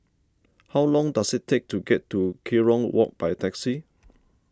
how long does it take to get to Kerong Walk by taxi